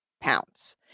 pounds